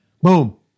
Boom